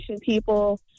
people